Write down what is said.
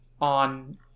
on